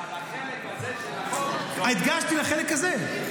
--- לחלק הזה של החוק --- הדגשתי, לחלק הזה.